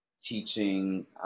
teaching